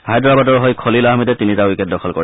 হায়দৰাবাদৰ হৈ খলিল আহমেদে তিনিটা উইকেট দখল কৰে